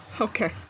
Okay